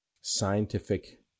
Scientific